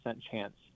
chance